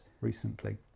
recently